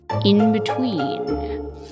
in-between